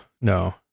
No